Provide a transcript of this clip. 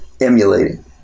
emulating